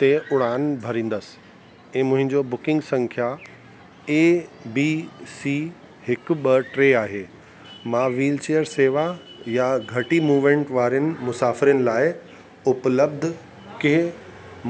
ते उड़ान भरिंदुसि ऐं मुंहिंजो बुकिंग संख्या ए बी सी हिकु ॿ टे आहे मां विलचेयर शेवा या घटी मूमेंट वारनि मुसाफ़रियुनि लाइ उपलब्ध के